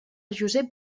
josep